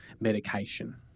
medication